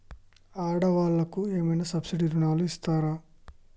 ఆడ వాళ్ళకు ఏమైనా సబ్సిడీ రుణాలు ఇస్తారా?